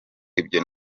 ibyo